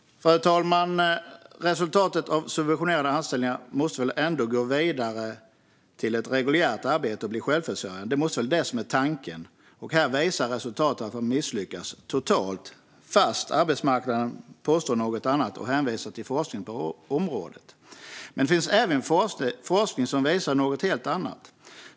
Fru talman! Resultatet av subventionerade anställningar måste väl ändå vara att människor ska gå vidare till ett reguljärt arbete och bli självförsörjande. Det måste vara tanken. Här visar resultaten att man misslyckas totalt fast arbetsmarknadsministern påstår något annat och hänvisar till forskning på området. Men det finns även forskning som visar något helt annat.